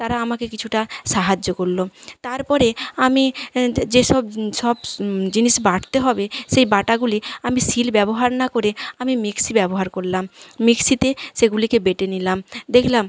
তারা আমাকে কিছুটা সাহায্য করলো তারপরে আমি যে সব সব জিনিস বাটতে হবে সেই বাটাগুলি আমি শিল ব্যবহার না করে আমি মিক্সি ব্যবহার করলাম মিক্সিতে সেগুলিকে বেটে নিলাম দেখলাম